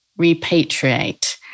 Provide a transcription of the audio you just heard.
repatriate